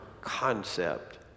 concept